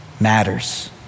matters